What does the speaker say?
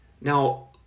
Now